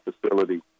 facility